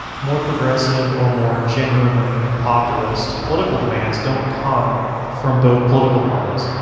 more progressive or more genuinely populist political demands don't come from both political parties.